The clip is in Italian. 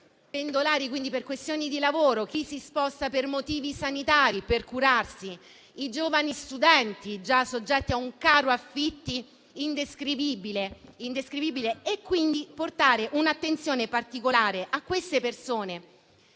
per questioni di lavoro, di chi si sposta per motivi sanitari e per curarsi o dei giovani studenti, già soggetti a un caro affitti indescrivibile. Chiedo quindi di portare un'attenzione particolare a queste persone